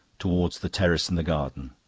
towards the terrace and the garden.